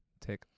take